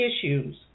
issues